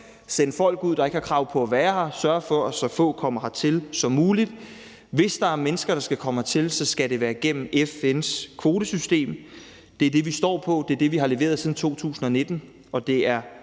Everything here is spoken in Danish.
sende folk ud, der ikke har krav på at være her, og sørge for, at så få kommer hertil som muligt. Hvis der er mennesker, der skal komme hertil, skal det være igennem FN's kvotesystem. Det er det, vi står på, det er det, vi har leveret siden 2019, og det er